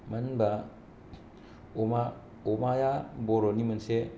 मानो होनबा अमा अमाया बर'नि मोनसे